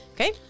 Okay